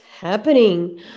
happening